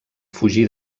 fugí